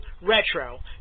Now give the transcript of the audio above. Retro